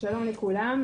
שלום לכולם.